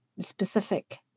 specific